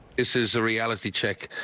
this is a reality check.